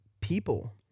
people